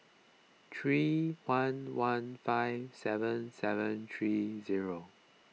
three one one five seven seven three zero